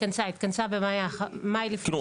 התכנסה, התכנסה במאי לפני שנה.